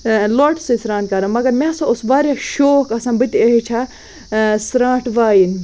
لوٹہٕ سۭتۍ سران کران مگر مےٚ ہَسا اوس واریاہ شوق آسان بہٕ تہِ ہیٚچھ ہا سرانٛٹھ وایِنۍ